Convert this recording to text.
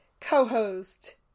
co-host